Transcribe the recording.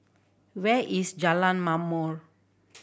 where is Jalan Ma'mor